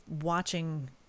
watching